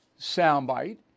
soundbite